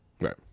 Right